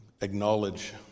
acknowledge